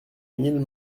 mille